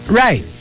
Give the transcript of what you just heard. right